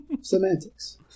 Semantics